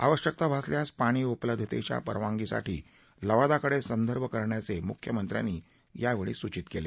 आवश्यकता भासल्यास पाणी उपलब्धतेच्या परवानगीसाठी लवादाकडे संदर्भ करण्याचे मुख्यमंत्र्यांनी यावेळी सूचित केलं